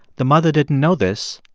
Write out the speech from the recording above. the mother didn't know this,